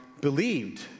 believed